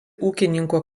ūkininkų